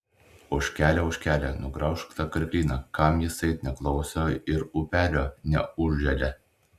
ožkele ožkele nugraužk tą karklyną kam jisai neklauso ir upelio neužželia